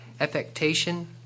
affectation